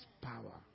power